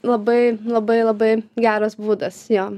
labai labai labai geras būdas jo